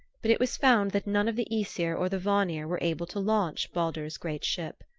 but it was found that none of the aesir or the vanir were able to launch baldur's great ship.